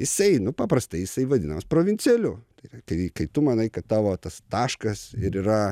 jisai nu paprastai jisai vadinamas provincialiu tai yra tai kai tu manai kad tavo tas taškas ir yra